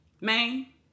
Maine